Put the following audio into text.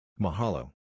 Mahalo